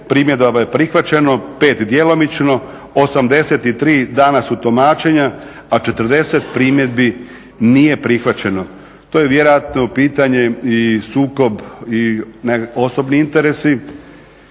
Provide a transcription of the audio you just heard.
primjedaba je prihvaćeno, 5 djelomično, 83 dana su tumačenja a 40 primjedbi nije prihvaćeno. To je vjerojatno pitanje i sukob i osobni interesi.